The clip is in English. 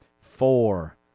four